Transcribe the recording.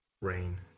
rain